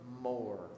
more